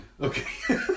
Okay